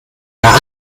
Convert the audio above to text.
nach